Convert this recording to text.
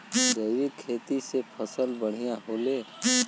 जैविक खेती से फसल बढ़िया होले